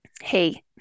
Hey